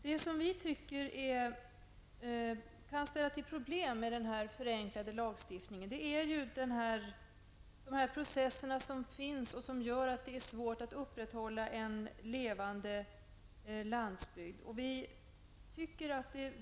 Det som enligt vår mening kan ställa till med problem med denna förenklade lagstiftning är de processer som gör att det är svårt att upprätthålla en levande landsbygd.